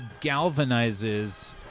galvanizes